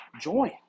join